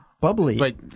Bubbly